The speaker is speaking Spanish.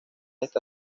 está